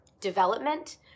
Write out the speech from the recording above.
development